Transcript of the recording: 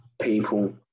people